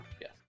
Yes